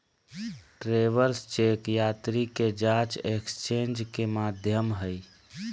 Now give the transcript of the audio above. travellers cheque यात्री के जांच एक्सचेंज के माध्यम हइ